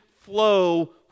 flow